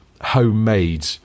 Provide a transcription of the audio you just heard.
homemade